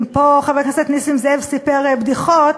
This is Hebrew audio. אם חבר הכנסת נסים זאב סיפר פה בדיחות,